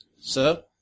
Sir